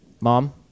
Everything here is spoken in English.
mom